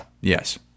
Yes